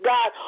God